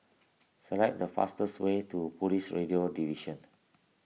select the fastest way to Police Radio Division